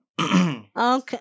Okay